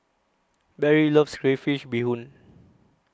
Barry loves Crayfish Beehoon